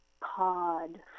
pod